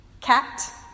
cat